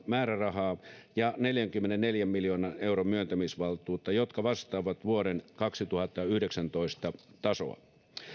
määrärahaa ja neljänkymmenenneljän miljoonan euron myöntämisvaltuutta jotka vastaavat vuoden kaksituhattayhdeksäntoista tasoa